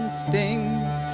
stings